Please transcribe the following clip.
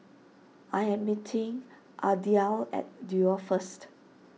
I am meeting Ardelle at Duo first